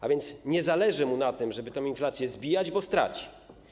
A więc nie zależy mu na tym, żeby tę inflację zbijać, bo straci.